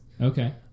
Okay